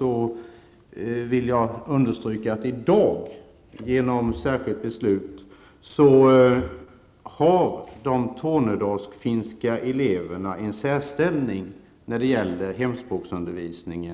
Jag vill understryka att i dag har, genom särskilt beslut, de tornedalsfinska eleverna en särställning när det gäller hemspråksundervisning.